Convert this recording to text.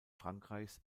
frankreichs